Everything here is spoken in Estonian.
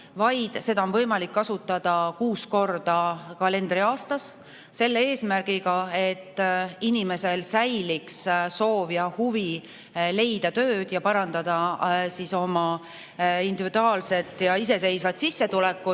vaid seda on võimalik kasutada kuus korda kalendriaastas – selle eesmärk on, et inimesel säiliks soov ja huvi leida tööd ja parandada oma individuaalset sissetulekut.